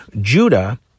Judah